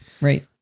Right